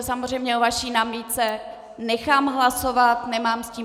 Samozřejmě o vaší námitce nechám hlasovat, nemám s tím...